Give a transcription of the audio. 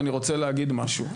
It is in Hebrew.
אני רוצה להגיד משהו,